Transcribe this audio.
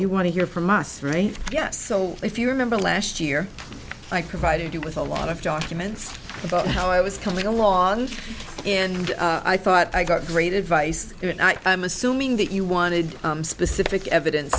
you want to hear from us right yes so if you remember last year i provided you with a lot of documents about how i was coming along and i thought i got great advice and i'm assuming that you wanted specific evidence